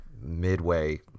midway